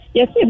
Yes